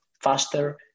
faster